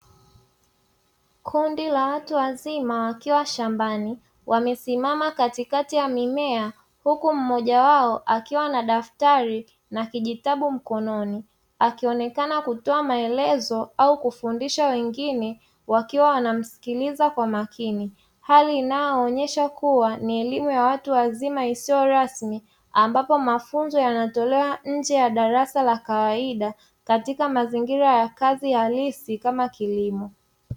Kundi la watu wazima wakiwa shambani wamesimama katikati ya mimea huku mmoja wao akiwa na daftari na kijitabu mkononi, akionekana kutoa maelezo au kufundisha wengine wakiwa wanamsikiliza kwa makini hali inayoonesha kuwa ni elimu ya watu wazima isiyorasmi ambapo mafunzo yanatolewa nje ya darasa la kawaida katika mazingira ya kazi halisi kama kilimo.